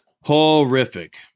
Horrific